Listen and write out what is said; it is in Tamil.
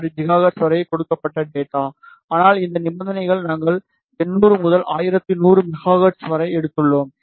6 ஜிகாஹெர்ட்ஸ் வரை கொடுக்கப்பட்ட டேட்டா ஆனால் இந்த நிபந்தனைகளை நாங்கள் 800 முதல் 1100 மெகா ஹெர்ட்ஸ் வரை எடுத்துள்ளோம்